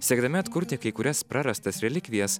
siekdami atkurti kai kurias prarastas relikvijas